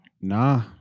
Nah